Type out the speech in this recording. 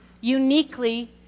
uniquely